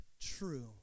true